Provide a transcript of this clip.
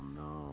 no